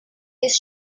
his